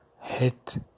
hit